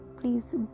please